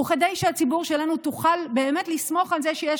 וכדי שהציבור שלנו תוכל באמת לסמוך על זה שיש